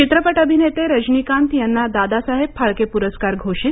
चित्रपट अभिनेते रजनीकांत यांना दादासाहेब फाळके पुरस्कार घोषित